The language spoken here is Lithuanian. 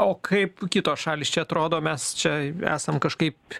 o kaip kitos šalys čia atrodo mes čia esam kažkaip